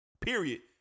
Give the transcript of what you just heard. period